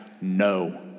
no